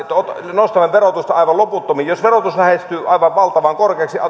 nostamme verotusta aivan loputtomiin jos ansiotuloverotus lähestyy aivan valtavan korkeaksi